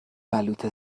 بلوط